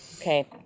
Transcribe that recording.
okay